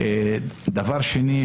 הנקודה השנייה,